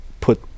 put